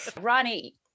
Ronnie